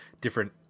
different